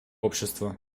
общества